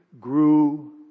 grew